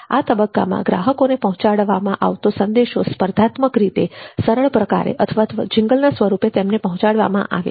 આ તબક્કામાં ગ્રાહકોને પહોંચાડવામાં આવતો સંદેશો સ્પર્ધાત્મક રીતે સરળ પ્રકારે અથવા જીંગલના સ્વરૂપે તેમણે પહોંચાડવામાં આવે છે